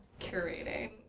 curating